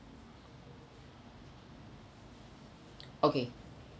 okay